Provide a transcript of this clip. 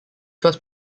first